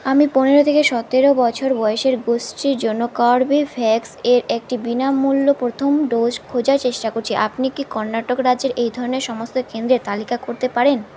আমি পনেরো থেকে সতেরো বছর বয়সের গোষ্ঠীর জন্য কর্বেভ্যাক্স এর একটি বিনামূল্য প্রথম ডোজ খোঁজার চেষ্টা করছি আপনি কি কর্ণাটক রাজ্যের এই ধরনের সমস্ত কেন্দ্রের তালিকা করতে পারেন